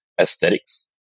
aesthetics